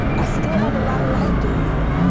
i still have a lot of life to live.